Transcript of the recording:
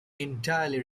entirely